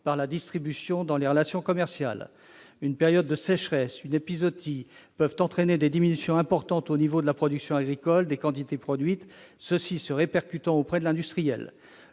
par la distribution dans les relations commerciales. Une période de sécheresse ou encore une épizootie peut entraîner des diminutions importantes au niveau de la production agricole des quantités produites, ce qui se répercute auprès de l'industriel.